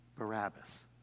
Barabbas